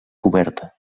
coberta